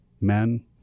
men